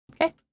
Okay